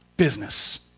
Business